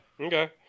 Okay